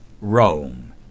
Rome